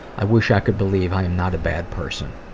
i wish i could believe i am not a bad person.